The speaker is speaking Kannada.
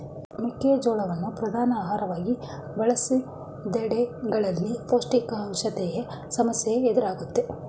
ಮೆಕ್ಕೆ ಜೋಳವನ್ನು ಪ್ರಧಾನ ಆಹಾರವಾಗಿ ಬಳಸಿದೆಡೆಗಳಲ್ಲಿ ಅಪೌಷ್ಟಿಕತೆಯ ಸಮಸ್ಯೆ ಎದುರಾಯ್ತು